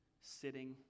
sitting